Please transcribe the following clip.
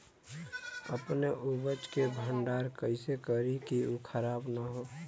अपने उपज क भंडारन कइसे करीं कि उ खराब न हो?